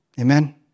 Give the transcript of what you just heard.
Amen